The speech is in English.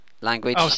language